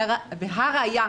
ולראיה,